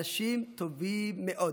אנשים טובים מאוד.